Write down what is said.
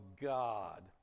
God